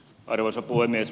arvoisa puhemies